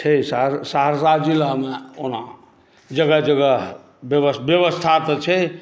छै सहरसा जिलामे ओना जगह जगह बेबस्था तऽ छै